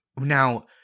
Now